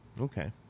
Okay